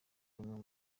bamwe